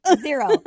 Zero